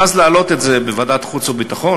ואז להעלות את זה בוועדת החוץ והביטחון,